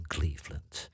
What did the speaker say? Cleveland